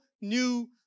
new